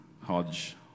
Hodge